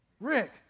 Rick